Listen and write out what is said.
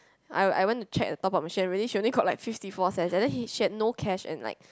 I I went to check the top up machine and really she only got like fifty four cents and then he she got no cash and like